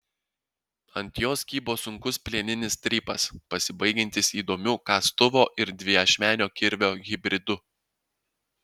ant jos kybo sunkus plieninis strypas pasibaigiantis įdomiu kastuvo ir dviašmenio kirvio hibridu